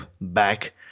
back